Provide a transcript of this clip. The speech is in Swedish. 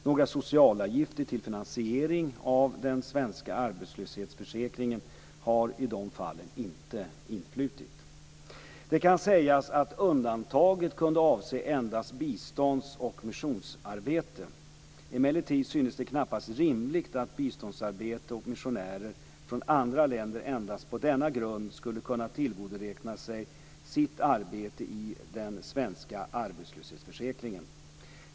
Några socialavgifter till finansiering av den svenska arbetslöshetsförsäkringen har i de fallen inte influtit. Det kan sägas att undantaget kunde avse endast bistånds och missionsarbete. Emellertid synes det knappast rimligt att biståndsarbetare och missionärer från andra länder endast på denna grund skulle kunna tillgodoräkna sig sitt arbete i den svenska arbetslöshetsförsäkringen.